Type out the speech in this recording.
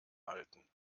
halten